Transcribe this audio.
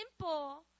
simple